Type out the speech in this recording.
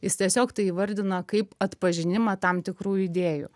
jis tiesiog tai įvardina kaip atpažinimą tam tikrų idėjų